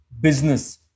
business